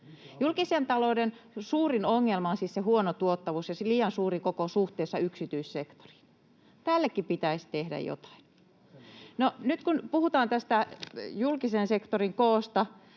Julkisen talouden suurin ongelma on siis se huono tuottavuus ja liian suuri koko suhteessa yksityissektoriin. Tällekin pitäisi tehdä jotain. No, nyt kun puhutaan tästä julkisen sektorin koosta,